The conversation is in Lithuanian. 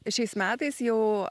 šiais metais jau